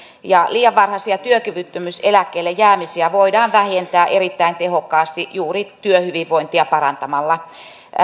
ja liian varhaisia työkyvyttömyyseläkkeelle jäämisiä voidaan vähentää erittäin tehokkaasti juuri työhyvinvointia parantamalla